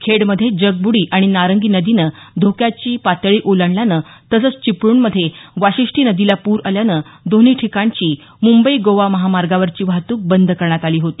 खेडमध्ये जगब्डी आणि नारंगी नदीनं धोक्याची पातळी ओलांडल्यानं तसंच चिपळूणमध्ये वाशिष्ठी नदीला पूर आल्यानं दोन्ही ठिकाणची मुंबई गोवा महामार्गावरची वाहतूक बंद करण्यात आली होती